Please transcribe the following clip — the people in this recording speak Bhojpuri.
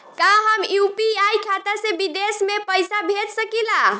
का हम यू.पी.आई खाता से विदेश में पइसा भेज सकिला?